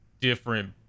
different